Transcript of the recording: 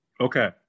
Okay